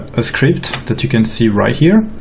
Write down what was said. a script that you can see right here